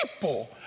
people